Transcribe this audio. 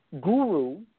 guru